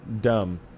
dumb